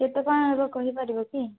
କେତେ ଟଙ୍କା ହେବ କହିପାରିବ କି